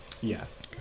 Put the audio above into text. Yes